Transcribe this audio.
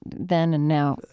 then and now?